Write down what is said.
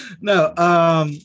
No